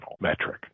metric